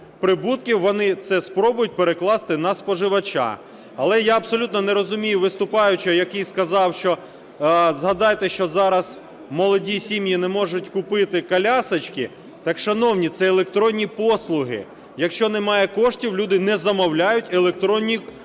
прибутків, вони це спробують перекласти на споживача. Але я абсолютно не розумію виступаючого, який сказав, що, згадайте, що зараз молоді сім'ї не можуть купити колясочки. Так, шановні, це електронні послуги. Якщо немає коштів, люди не замовляють електронні послуги.